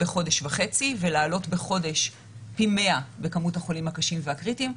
בחודש וחצי ולעלות בחודש פי מאה בכמות החולים הקשים והקריטיים.